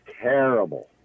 terrible